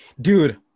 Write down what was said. Dude